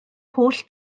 holl